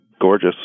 gorgeous